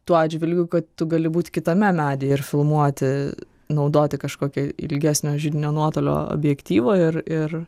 tuo atžvilgiu kad tu gali būt kitame medyje ir filmuoti naudoti kažkokį ilgesnio židinio nuotolio objektyvą ir ir